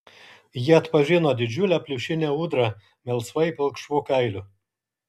ji atpažino didžiulę pliušinę ūdrą melsvai pilkšvu kailiu